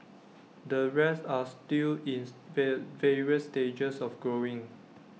the rest are still in various stages of growing